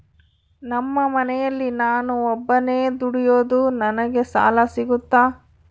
ನಮ್ಮ ಮನೆಯಲ್ಲಿ ನಾನು ಒಬ್ಬನೇ ದುಡಿಯೋದು ನನಗೆ ಸಾಲ ಸಿಗುತ್ತಾ?